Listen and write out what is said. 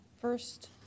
first